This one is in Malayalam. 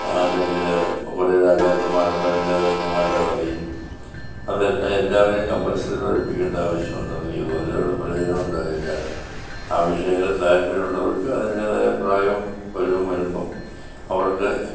അല്ലെങ്കിൽ പഴയ രാജാക്കന്മാരെ പഴയ രാജാക്കന്മാരുടെ കഥയും അതെല്ലാം എല്ലാവരെയും കംപൽസറി പഠിപ്പിക്കേണ്ട ആവശ്യം ഉണ്ടോയെന്ന് എനിക്ക് തോന്നുന്നില്ല ഒരു പ്രയോജനമുണ്ടാകില്ല ആ വിഷയങ്ങളിൽ താല്പര്യം ഉള്ളവർക്ക് അതിൻ്റെതായ പ്രായവും പരുവവും വരുമ്പം അവർക്ക്